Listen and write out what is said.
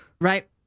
Right